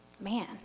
man